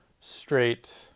straight